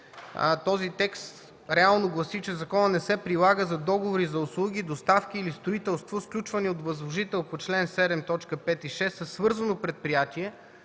Този текст реално гласи, че законът не се прилага за договори, за услуги, доставки или строителство, сключвани от възложител по чл. 7, т. 5 и 6, със свързано предприятие,